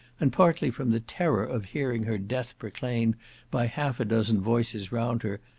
and partly from the terror of hearing her death proclaimed by half a dozen voices round her,